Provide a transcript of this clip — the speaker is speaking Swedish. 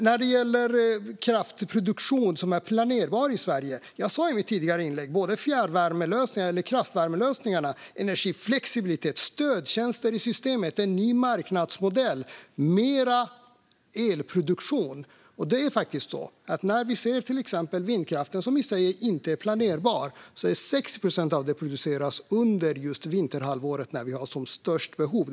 När det gäller kraftproduktion som är planerbar i Sverige nämnde jag i mitt tidigare inlägg fjärrvärmelösningar, kraftvärmelösningar, energiflexibilitet, stödtjänster i systemet, en ny marknadsmodell och mer elproduktion. Vindkraften är i sig inte planerbar, men 60 procent av den produceras under vinterhalvåret, när vi har som störst behov.